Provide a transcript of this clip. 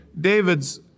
david's